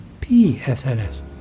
PSNS